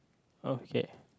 okay